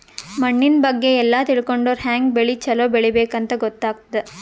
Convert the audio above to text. ಮಣ್ಣಿನ್ ಬಗ್ಗೆ ಎಲ್ಲ ತಿಳ್ಕೊಂಡರ್ ಹ್ಯಾಂಗ್ ಬೆಳಿ ಛಲೋ ಬೆಳಿಬೇಕ್ ಅಂತ್ ಗೊತ್ತಾಗ್ತದ್